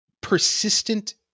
persistent